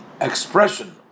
expression